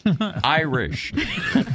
Irish